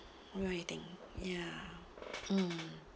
what I think ya mm